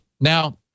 Now